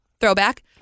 Throwback